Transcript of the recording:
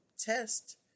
test